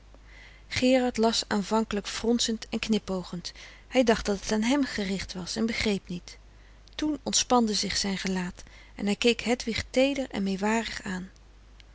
gerard las aanvankelijk fronsend en knipoogend hij dacht dat het aan hem gericht was en begreep niet toen ontspande zich zijn gelaat en hij keek hedwig teeder en meewarig aan